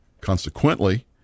Consequently